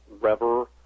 Rever